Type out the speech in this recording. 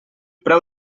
preu